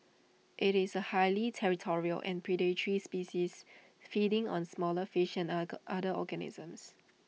IT is A highly territorial and predatory species feeding on smaller fish and other organisms